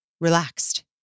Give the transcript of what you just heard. relaxed